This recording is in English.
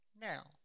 now